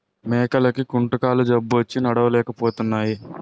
మేకలకి కుంటుకాలు జబ్బొచ్చి నడలేపోతున్నాయి